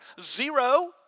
Zero